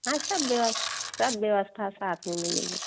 हाँ सब व्यवस सब व्यवस्था साथ में मिलेगी